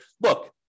look